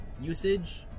usage